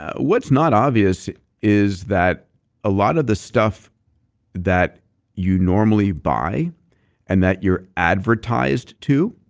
what's not obvious is that a lot of the stuff that you normally buy and that you're advertised to,